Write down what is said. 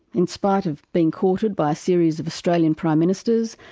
in spite of being courted by a series of australian prime ministers,